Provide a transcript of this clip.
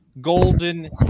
golden